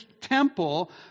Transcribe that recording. temple